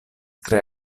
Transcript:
tre